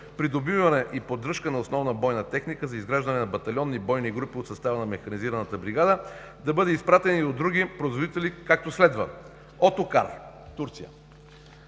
„Придобиване и поддръжка на основна бойна техника за изграждане на батальонни бойни групи от състава на механизирана бригада“, да бъде изпратен и до други производители, както следва: Отокар - Турция,